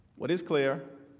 what is clear,